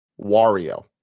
Wario